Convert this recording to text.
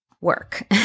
work